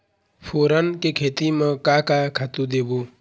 फोरन के खेती म का का खातू देबो?